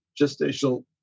gestational